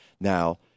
Now